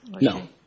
No